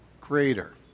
Greater